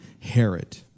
Herod